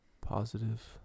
positive